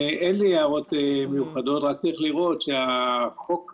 הערות מיוחדות, רק צריך לראות שהחוק הגדול,